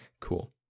Cool